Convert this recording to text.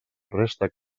resta